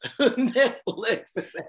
Netflix